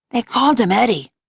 they called him eddie.